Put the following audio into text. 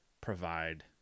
provide